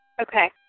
okay